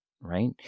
right